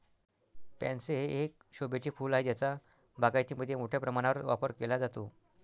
pansy हे एक शोभेचे फूल आहे ज्याचा बागायतीमध्ये मोठ्या प्रमाणावर वापर केला जातो